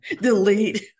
delete